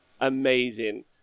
Amazing